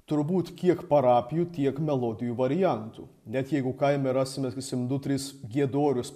turbūt kiek parapijų tiek melodijų variantų net jeigu kaime rasime sakysim du tris giedorius